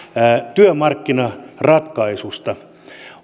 työmarkkinaratkaisusta